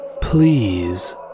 please